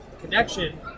connection